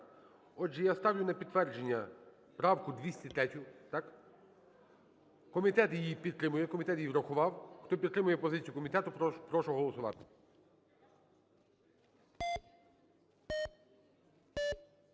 Отже, я ставлю на підтвердження правку 203, так? Комітет її підтримує, комітет її врахував. Хто підтримує позицію комітету, прошу голосувати.